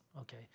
Okay